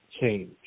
change